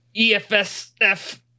EFSF